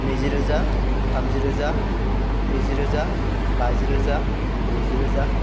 नैजि रोजा थामजि रोजा ब्रैजि रोजा बाजि रोजा दजि रोजा